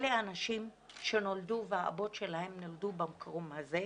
אלה אנשים שנולדו והאבות שלהם נולדו במקום הזה,